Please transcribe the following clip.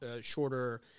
shorter